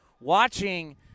watching